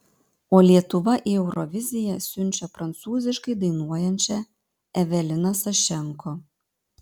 o lietuva į euroviziją siunčia prancūziškai dainuojančią eveliną sašenko